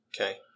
Okay